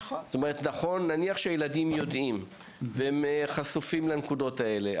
נניח שהילדים יודעים והם חשופים לנקודות האלה.